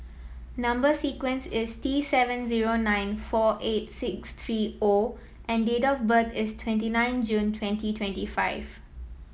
number sequence is T seven zero nine four eight six three O and date of birth is twenty nine June twenty twenty five